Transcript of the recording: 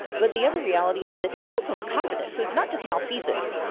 but the other reality is that he's also incompetent. so it's not just malfeasance.